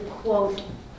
quote